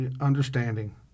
understanding